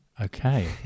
Okay